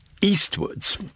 eastwards